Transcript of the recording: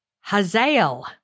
Hazael